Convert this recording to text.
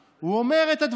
אסור להגיד לו שום